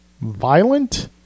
violent